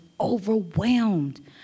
overwhelmed